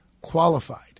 qualified